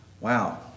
Wow